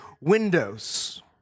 windows